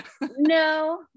No